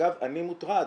אני מוטרד,